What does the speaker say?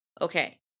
Okay